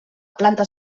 planta